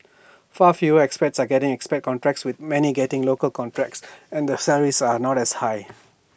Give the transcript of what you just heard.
far fewer expats are getting expat contracts with many getting local contracts and the salaries are not as high